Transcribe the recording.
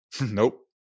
Nope